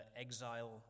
exile